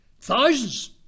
Thousands